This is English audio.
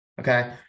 Okay